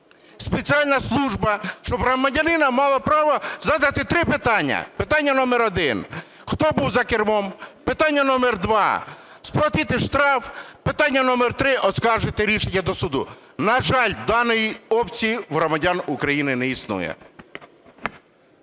спеціальна служба щоб громадянину мала право задати три питання. Питання номер один: хто був за кермом? Питання номер два – сплатити штраф. Питання номер три – оскаржити рішення до суду. На жаль, даної опції у громадян України не існує.